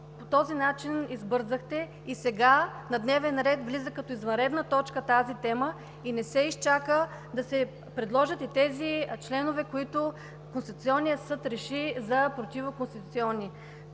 по този начин избързахте и сега на дневен ред влиза като извънредна точка тази тема, а не се изчака да се предложат и тези членове, които Конституционният съд реши, че са противоконституционни.